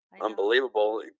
unbelievable